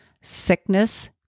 sickness